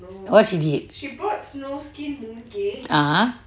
what she did a'ah